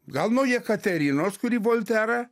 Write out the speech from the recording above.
gal nuo jekaterinos kuri volterą